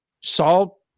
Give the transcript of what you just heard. Saul